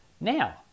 Now